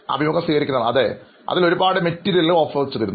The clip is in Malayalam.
അഭിമുഖം സ്വീകരിക്കുന്നയാൾ അതെ അതിൽ ഒരുപാട് മെറ്റീരിയലുകൾ ഓഫർ ചെയ്തിരുന്നു